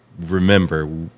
remember